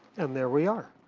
and there we are.